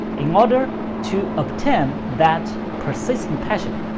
in order to obtain that persistent passion,